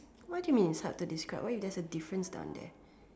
what do you mean it's hard to describe what if there's a difference down there